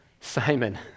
Simon